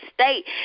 state